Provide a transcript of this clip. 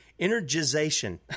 Energization